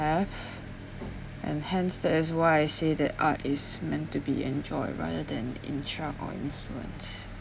have and hence that is why I say that art is meant to be enjoyed rather than instruct or influence